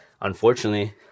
unfortunately